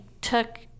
took